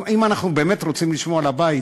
אם אנחנו באמת רוצים לשמור על הבית,